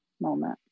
moment